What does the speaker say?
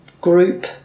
group